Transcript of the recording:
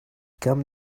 come